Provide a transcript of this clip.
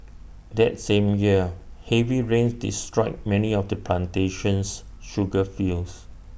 that same year heavy rains destroyed many of the plantation's sugar fields